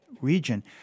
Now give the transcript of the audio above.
region